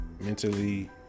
mentally